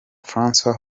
francois